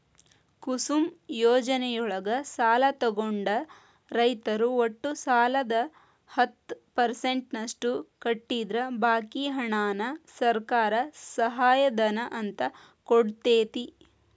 ಕುಸುಮ್ ಯೋಜನೆಯೊಳಗ ಸಾಲ ತೊಗೊಂಡ ರೈತರು ಒಟ್ಟು ಸಾಲದ ಹತ್ತ ಪರ್ಸೆಂಟನಷ್ಟ ಕಟ್ಟಿದ್ರ ಬಾಕಿ ಹಣಾನ ಸರ್ಕಾರ ಸಹಾಯಧನ ಅಂತ ಕೊಡ್ತೇತಿ